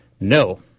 no